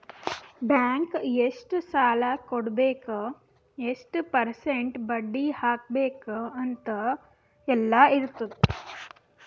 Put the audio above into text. bank ಎಷ್ಟ ಸಾಲಾ ಕೊಡ್ಬೇಕ್ ಎಷ್ಟ ಪರ್ಸೆಂಟ್ ಬಡ್ಡಿ ಹಾಕ್ಬೇಕ್ ಅಂತ್ ಎಲ್ಲಾ ಇರ್ತುದ್